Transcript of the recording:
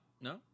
no